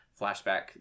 flashback